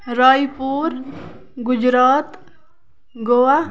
راے پوٗر گُجرات گووا